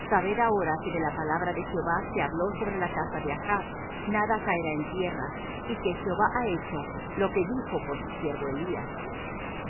sabed ahora que de la palabra de jehová que habló sobre la casa de achb nada caerá en tierra y que jehová ha hecho lo que dijo por su siervo elías